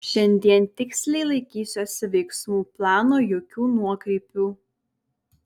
šiandien tiksliai laikysiuosi veiksmų plano jokių nuokrypių